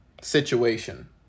situation